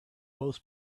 both